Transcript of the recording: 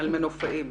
לגבי מנופאים.